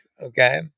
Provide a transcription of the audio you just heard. okay